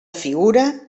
figura